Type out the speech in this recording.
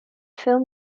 film